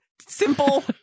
simple